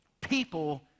People